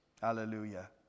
Hallelujah